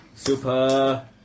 Super